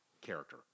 character